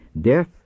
Death